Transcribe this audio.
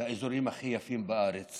והאזורים הכי יפים בארץ